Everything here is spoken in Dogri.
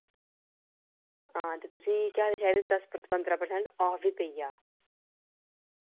हां ते तुसेंगी केह् आखदे शायद दस पंदरां प्रसैंट ऑफ बी पेई जा